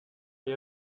les